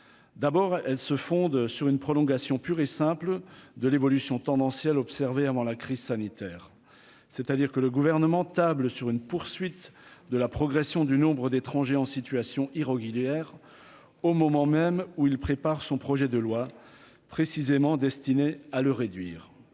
d'abord, elle se fonde sur une prolongation pure et simple de l'évolution tendancielle, observée avant la crise sanitaire, c'est-à-dire que le gouvernement table sur une poursuite de la progression du nombre d'étrangers en situation irrégulière, au moment même où il prépare son projet de loi précisément destinée à le réduire,